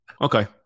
Okay